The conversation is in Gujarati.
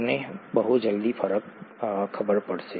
તમને બહુ જલ્દી ફરક ખબર પડશે